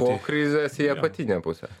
po krizės į apatinę pusę